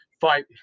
fight